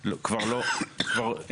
אציין אותם בקצרה: אחת,